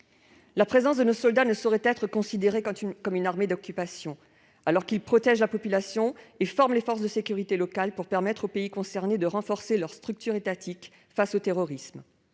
présence ne saurait être considérée comme une occupation, alors que nos soldats protègent la population et forment les forces de sécurité locales pour permettre aux pays concernés de renforcer leurs structures étatiques face au terrorisme.